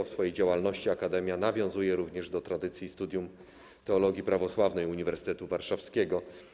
W swojej działalności akademia nawiązuje również do tradycji Studium Teologii Prawosławnej Uniwersytetu Warszawskiego.